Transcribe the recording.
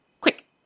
Quick